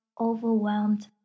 overwhelmed